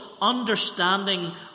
understanding